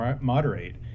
moderate